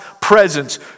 presence